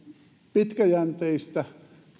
pitkäjänteistä